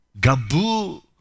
Gabu